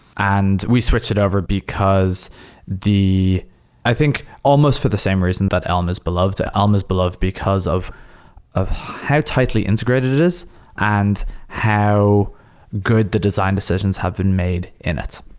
and we switched it over because i think almost for the same reason that elm is beloved. ah elm is beloved because of of how tightly integrated it is and how good the design decisions have been made in it.